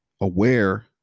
aware